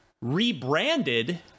rebranded